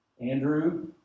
Andrew